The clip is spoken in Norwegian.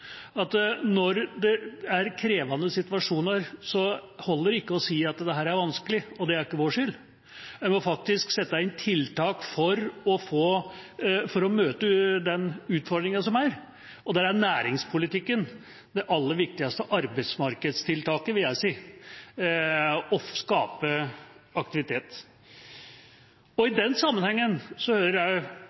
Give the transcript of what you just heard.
Når det er krevende situasjoner, holder det ikke å si at dette er vanskelig, og det er ikke vår skyld. Man må faktisk sette inn tiltak for å møte de utfordringene som er. Der er næringspolitikken det aller viktigste arbeidsmarkedstiltaket, vil jeg si – å skape aktivitet. I den sammenhengen hører